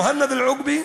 מוהנד אל-עוקבי,